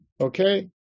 Okay